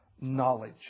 knowledge